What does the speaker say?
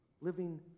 living